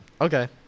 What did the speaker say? Okay